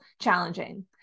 challenging